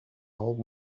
old